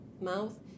mouth